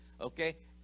okay